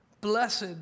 BLESSED